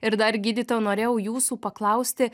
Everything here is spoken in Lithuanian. ir dar gydytojau norėjau jūsų paklausti